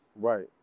right